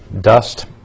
dust